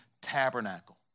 tabernacle